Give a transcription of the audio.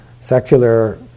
secular